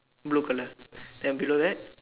blue color then below that